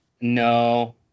no